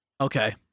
okay